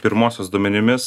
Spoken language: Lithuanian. pirmosios duomenimis